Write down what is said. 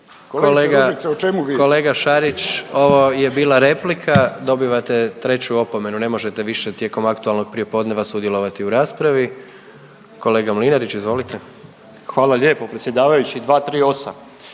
Kolega Šarić ovo je bila replika, dobivate treću opomenu ne možete više tijekom aktualnog prijepodneva sudjelovati u raspravi. Kolega Mlinarić izvolite. **Mlinarić, Stipo